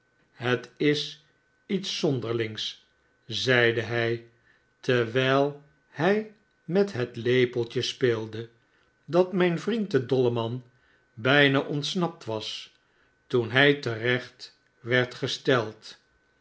het is iets zonderlings zeide hij terwiji hij met het lepeltfe speelde dat mijn vriend de dolleman bijna ontsnapt was toen hij te recht werd gesteld